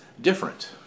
different